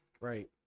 Right